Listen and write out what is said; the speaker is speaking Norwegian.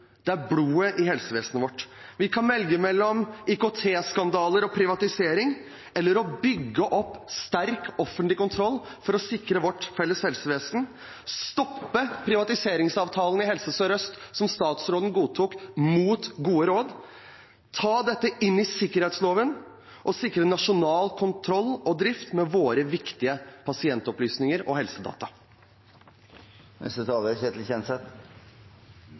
Det er blodet i helsevesenet vårt. Vi kan velge mellom IKT-skandaler og privatisering og det å bygge opp sterk offentlig kontroll – for å sikre vårt felles helsevesen, stoppe privatiseringsavtalene i Helse Sør-Øst, som statsråden godtok mot gode råd, ta dette inn i sikkerhetsloven og sikre nasjonal kontroll og drift med våre viktige pasientopplysninger og helsedata.